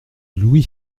louis